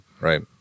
right